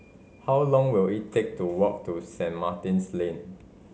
how long will it take to walk to Saint Martin's Lane